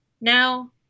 now